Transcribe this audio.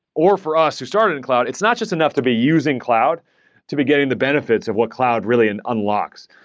or for us who started in cloud, it's not just enough to be using cloud to be getting the benefits of what cloud really unlocks.